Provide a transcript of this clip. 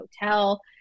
hotel